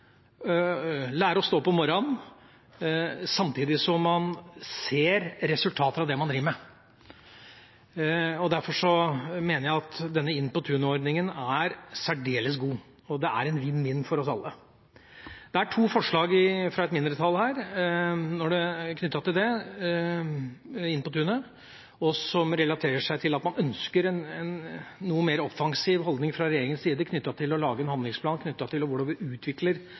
lære å stå opp om morgenen, samtidig som man ser resultater av det man driver med. Derfor mener jeg at Inn på tunet-ordningen er særdeles god, og det er en vinn-vinn-situasjon for oss alle. Det er to forslag fra et mindretall knyttet til Inn på tunet. Det ene relaterer seg til at man ønsker en noe mer offensiv holdning fra regjeringas side når det gjelder å lage en handlingsplan om hvordan vi utvikler